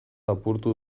apurtu